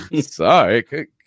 sorry